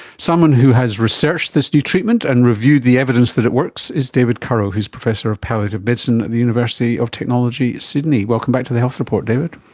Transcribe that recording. someone who has researched this new treatment and reviewed the evidence that it works is david currow who is professor of palliative medicine at the university of technology sydney. welcome back to the health report, david.